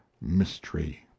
mystery